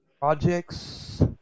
Projects